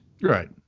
Right